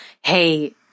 hey